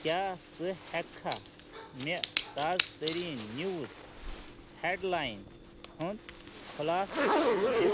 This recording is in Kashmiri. کیاہ ژٕ ہیٚکہِ کھا مے تازٕ تریٖن نِوٕز ہیٚڈلاین ہُنٛد خُلاصہٕ دِتھ